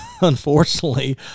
unfortunately